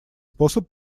способ